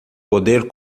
poder